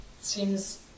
seems